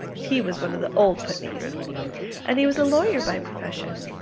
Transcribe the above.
he was one of the old putneys and he was a lawyer by profession.